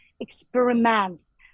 experiments